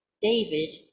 David